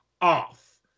off